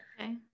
Okay